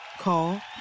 Call